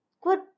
good